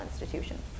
institutions